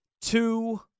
two